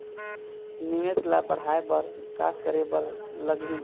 निवेश ला बढ़ाय बर का करे बर लगही?